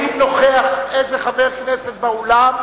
האם נוכח איזה חבר כנסת באולם,